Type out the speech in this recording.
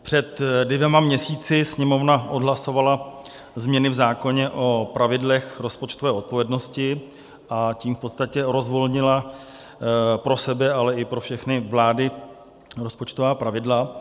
Před dvěma měsíci Sněmovna odhlasovala změny v zákoně o pravidlech rozpočtové odpovědnosti, a tím v podstatě rozvolnila pro sebe, ale i pro všechny vlády rozpočtová pravidla.